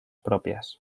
propias